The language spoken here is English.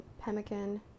pemmican